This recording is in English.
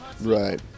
Right